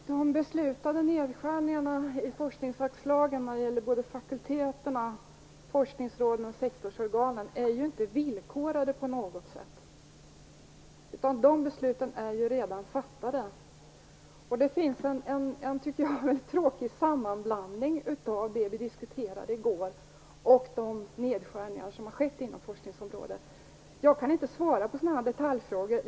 Fru talman! De beslutade nedskärningarna i forskningsanslagen för såväl fakulteterna och forskningsråden som sektorsorganen är inte på något sätt villkorade. Dessa beslut är ju redan fattade. Det sker en väldigt tråkig sammanblandning av det vi diskuterade i går och de nedskärningar som har skett inom forskningsområdet. Jag kan inte svara på sådana här detaljfrågor.